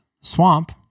swamp